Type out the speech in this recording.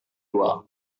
dua